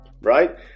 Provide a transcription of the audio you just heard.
right